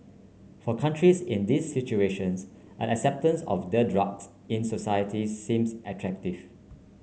for countries in these situations an acceptance of the drugs in societies seems attractive